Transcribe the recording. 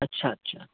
अच्छा अच्छा